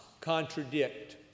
contradict